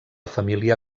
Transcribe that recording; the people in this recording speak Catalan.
família